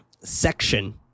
section